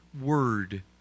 word